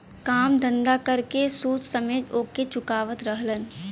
काम धंधा कर के सूद समेत ओके चुकावत रहलन